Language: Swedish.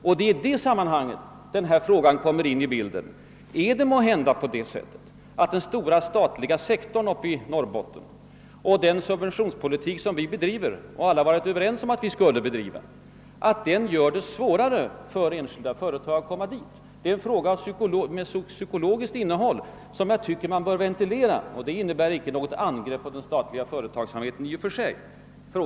Det är i detta sammanhang jag velat ställa frågan: Är det måhända så att den statliga sektorn i Norrbotten och den subventionspolitik som vi bedriver — och som alla varit överens om att vi skulle bedriva — har gjort det mindre angeläget för enskilda företag att söka sig till Norrland? Frågan är delvis psykologiskt betingad. Att jag tycker att man borde ventilera den, innebär inget angrepp på statlig verksamhet i och för sig.